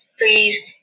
Please